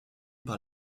par